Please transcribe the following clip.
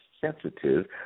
sensitive